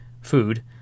food